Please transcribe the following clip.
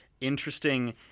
interesting